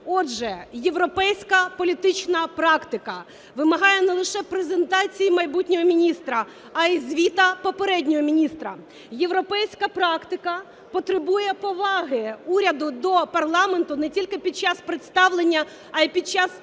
Отже, європейська політична практика вимагає не лише презентації майбутнього міністра, а й звіту попереднього міністра. Європейська практика потребує поваги уряду до парламенту не тільки під час представлення, а й під час